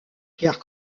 pierre